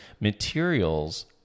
materials